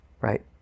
right